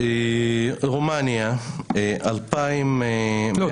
רומניה 2,000 --- לא,